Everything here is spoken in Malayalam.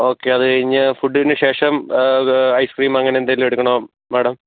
ഓക്കെ അത് കഴിഞ്ഞ് ഫുഡിന് ശേഷം ഐസ്ക്രീം അങ്ങനെ എന്തെങ്കിലും എടുക്കണോ മേഡം